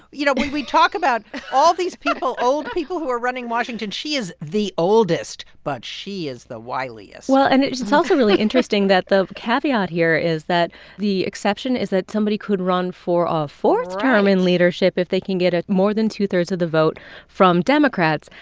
you know, when we talk about all these people old people who are running washington she is the oldest, but she is the wiliest well, and it's it's also really interesting that the caveat here is that the exception is that somebody could run for a fourth term in leadership if they can get ah more than two-thirds of the vote from democrats.